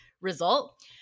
result